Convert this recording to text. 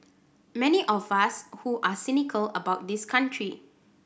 many of us who are cynical about this country